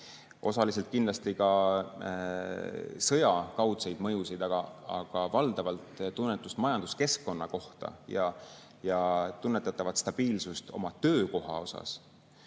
osaliselt kindlasti ka sõja kaudseid mõjusid, aga valdavalt majanduskeskkonna tunnetust ja tunnetatavat stabiilsust oma töökoha